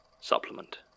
Supplement